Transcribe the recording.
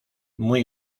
muy